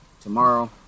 tomorrow